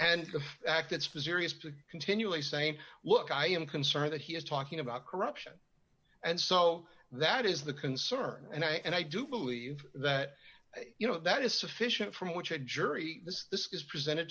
that continually saying look i am concerned that he is talking about corruption and so that is the concern and i and i do believe that you know that is sufficient from which a jury this is presented